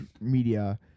media